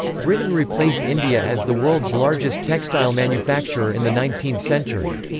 britain replaced india as the world's largest textile manufacturer in the nineteenth century.